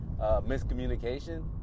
miscommunication